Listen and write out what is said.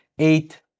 Eight